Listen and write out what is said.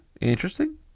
interesting